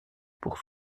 pour